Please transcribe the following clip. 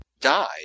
Died